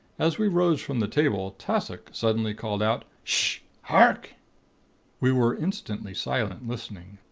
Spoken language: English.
as we rose from the table, tassoc suddenly called out ssh! hark we were instantly silent, listening.